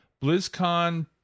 BlizzCon